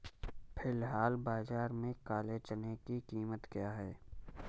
फ़िलहाल बाज़ार में काले चने की कीमत क्या है?